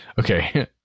Okay